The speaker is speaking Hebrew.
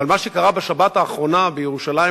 אבל מה שקרה בשבת האחרונה בירושלים,